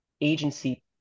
agency